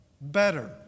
better